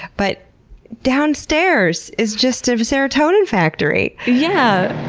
but downstairs is just a serotonin factory! yeah